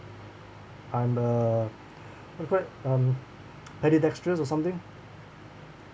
I'm a what you call it um ambidextrous or something